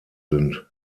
sind